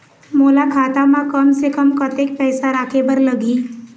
मोला खाता म कम से कम कतेक पैसा रखे बर लगही?